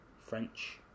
French